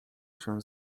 się